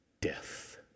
death